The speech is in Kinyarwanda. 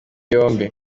yombi